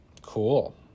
Cool